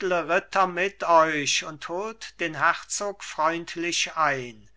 ritter mit euch und holt den herzog freundlich ein